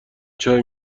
چای